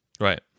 Right